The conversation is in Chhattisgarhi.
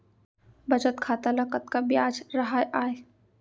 बचत खाता ल कतका ब्याज राहय आय?